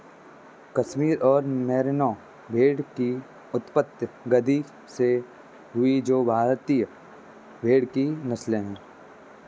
कश्मीर और मेरिनो भेड़ की उत्पत्ति गद्दी से हुई जो भारतीय भेड़ की नस्लें है